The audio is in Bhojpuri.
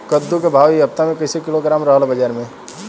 कद्दू के भाव इ हफ्ता मे कइसे किलोग्राम रहल ह बाज़ार मे?